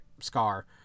Scar